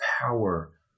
power